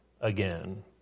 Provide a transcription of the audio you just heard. again